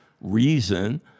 reason